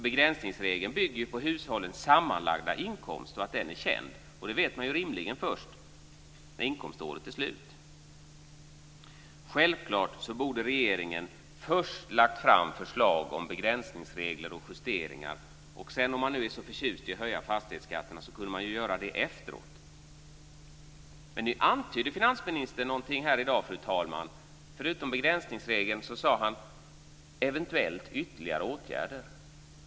Begränsningsregeln bygger på att hushållens sammanlagda inkomst är känd. Det vet man rimligen först när inkomståret är slut. Självklart borde regeringen först ha lagt fram ett förslag om begränsningsregler och justeringar. Sedan kunde man, om man nu är så förtjust i att höja fastighetsskatten, göra det efteråt. Nu antydde finansministern någonting här i dag, fru talman. Förutom detta med begränsningsregeln sade han något om eventuellt ytterligare åtgärder.